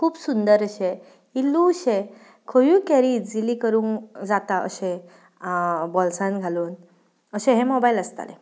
खूब सुंदर अशे इल्लुशे खंयूय कॅरी इज्जिली करूंक जाता अशें आ बॉल्सान घालून अशें हे मोबायल आसताले